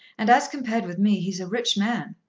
and as compared with me he's a rich man.